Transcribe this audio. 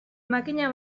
makina